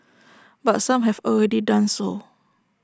but some have already done so